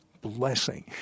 blessing